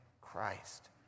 Christ